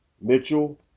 Mitchell